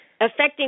affecting